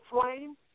Flame